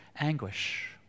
Anguish